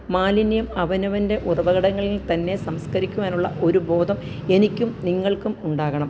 മാലിന്യം അവനവന്റെ ഉറവടങ്ങളില് തന്നെ സംസ്കരിക്കുവാനുള്ള ഒരു ബോധം എനിക്കും നിങ്ങള്ക്കും ഉണ്ടാകണം